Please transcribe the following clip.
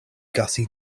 gussie